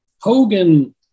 Hogan